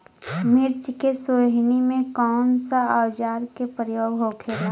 मिर्च के सोहनी में कौन सा औजार के प्रयोग होखेला?